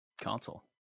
console